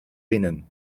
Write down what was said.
winnen